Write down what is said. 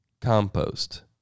compost